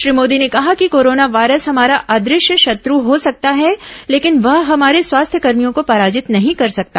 श्री मोदी ने कहा कि कोरोना वायरस हमारा अदृश्य शत्र हो सकता है लेकिन वह हमारे स्वास्थ्यकर्भियों को पराजित नहीं कर सकता